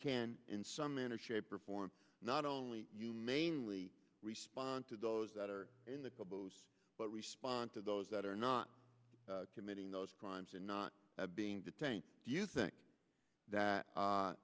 can in some manner shape or form not only you mainly respond to those that are in the pub o's but respond to those that are not committing those crimes and not being detained do you think that